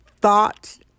thoughts